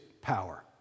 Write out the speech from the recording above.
power